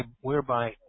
whereby